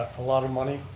a lot of money,